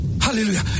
Hallelujah